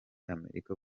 amerika